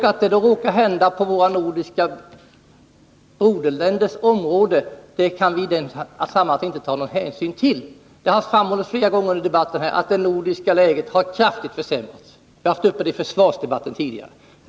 Att det råkar hända på våra nordiska broderländers område kan vi i det sammanhanget inte ta någon hänsyn till. Det har framhållits flera gånger i debatten här att Nordens läge har kraftigt försämrats — vi har haft det uppe i försvarsdebatten tidigare.